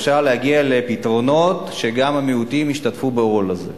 אפשר להגיע לפתרונות שגם המיעוטים ישתתפו בעול הזה.